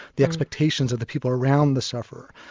the expectations of the people around the sufferer.